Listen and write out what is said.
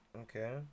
Okay